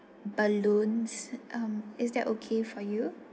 balloons um is that okay for you